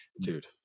Dude